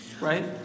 right